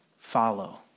Follow